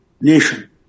Nation